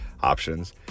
options